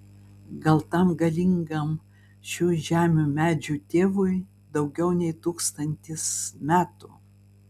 gal tam galingam šių žemių medžių tėvui daugiau nei tūkstantis metų